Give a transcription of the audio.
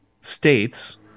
states-